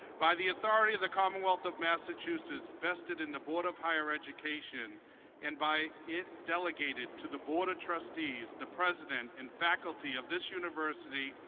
by the authority of the commonwealth of massachusetts vested in the board of higher education and by delegated to the board of trustees, the president and faculty of this university,